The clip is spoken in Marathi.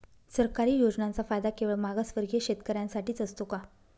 सरकारी योजनांचा फायदा केवळ मागासवर्गीय शेतकऱ्यांसाठीच असतो का?